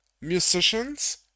musicians